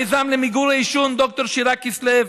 המיזם למיגור העישון, ד"ר שירה כסלו,